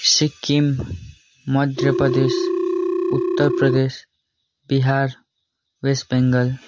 Sikkim Madhya Pradesh Uttar Pradesh Bihar West Bengal